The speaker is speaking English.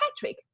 Patrick